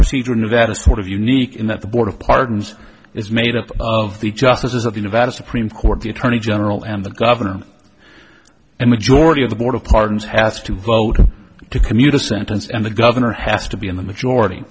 procedure nevada sort of unique in that the board of pardons is made up of the justices of the nevada supreme court the attorney general and the governor and majority of the board of pardons has to vote to commute the sentence and the governor has to be in the majority